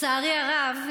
לצערי הרב,